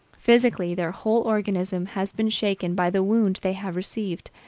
physically, their whole organism has been shaken by the wound they have received,